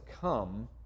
come